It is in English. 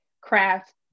craft